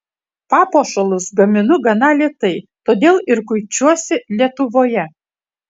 papuošalus gaminu gana lėtai todėl ir kuičiuosi lietuvoje